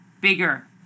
bigger